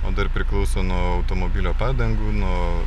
o dar priklauso nuo automobilio padangų nuo